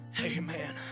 Amen